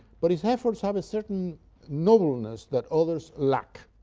but his efforts have a certain nobleness that others lack.